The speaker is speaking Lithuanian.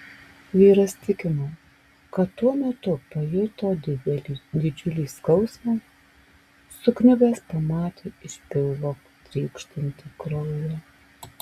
vyras tikino kad tuo metu pajuto didžiulį skausmą sukniubęs pamatė iš pilvo trykštantį kraują